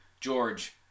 George